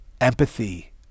empathy